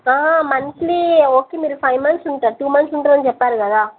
monthly okay మీరు five months ఉంటారు two months ఉంటారని చెప్పారు కదా